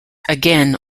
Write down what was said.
again